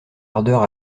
ardeur